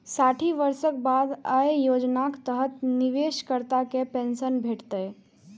साठि वर्षक बाद अय योजनाक तहत निवेशकर्ता कें पेंशन भेटतै